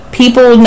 people